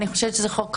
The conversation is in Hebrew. אני חושבת שזה חוק חשוב,